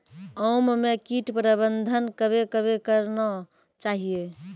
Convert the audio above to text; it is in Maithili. आम मे कीट प्रबंधन कबे कबे करना चाहिए?